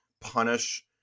punish